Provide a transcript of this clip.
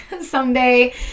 someday